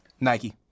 Nike